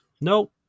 no